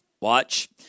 Watch